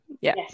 yes